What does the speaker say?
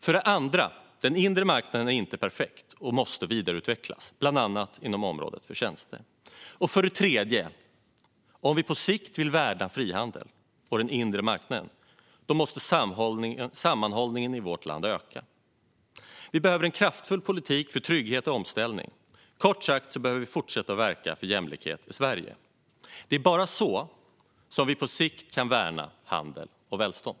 För det andra: Den inre marknaden är inte perfekt. Den måste vidareutvecklas, bland annat inom området för tjänster. För det tredje: Om vi på sikt vill värna frihandel och den inre marknaden måste sammanhållningen i vårt land öka. Vi behöver en kraftfull politik för trygghet och omställning. Kort sagt behöver vi fortsätta att verka för jämlikhet i Sverige. Det är bara så vi på sikt kan värna handel och välstånd.